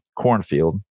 cornfield